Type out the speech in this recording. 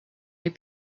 les